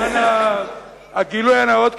למען הגילוי הנאות,